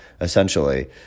essentially